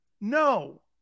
No